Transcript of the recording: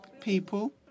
people